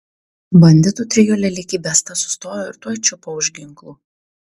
banditų trijulė lyg įbesta sustojo ir tuoj čiupo už ginklų